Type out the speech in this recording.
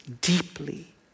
deeply